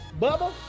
Bubba